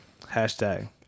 Hashtag